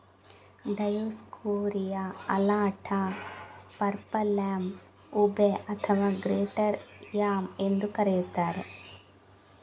Dioscorea alata, purple yam, ube ಅಥವಾ greater yam ಎಂದೂ ಕರೆಯುತ್ತಾರೆ